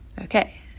Okay